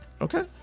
Okay